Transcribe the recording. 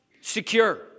secure